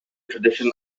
tradition